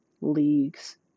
leagues